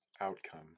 outcome